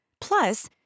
Plus